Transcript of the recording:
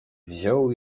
wziął